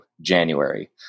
January